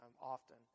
often